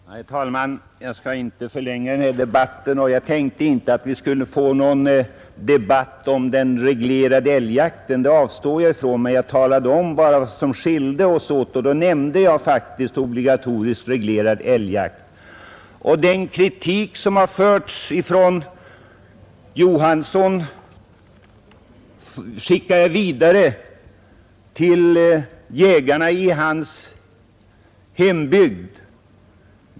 Herr talman! Jag skall inte förlänga debatten; jag tänkte inte att vi skulle få någon diskussion om den reglerade älgjakten. Jag avstod själv från det och talade bara om vad som skilde oss åt, men jag nämnde då faktiskt obligatorisk, reglerad älgjakt. Den kritik som herr Johansson i Holmgården framförde mot vissa jägare skickar jag vidare till jägarna i hans hembygd.